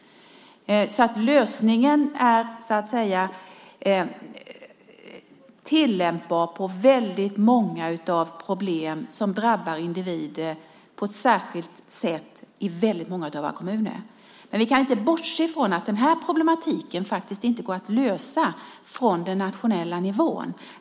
Lösningen är alltså tillämpbar på många problem som drabbar individer på ett särskilt sätt i många av våra kommuner. Men vi kan inte bortse från att den här problematiken faktiskt inte går att lösa från nationell nivå.